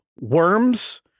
Worms